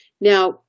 Now